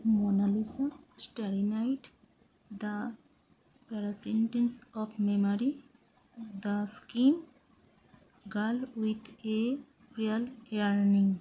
Mona Lisa starry night the persistence of memory the ski girl with a pearl earring